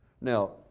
Now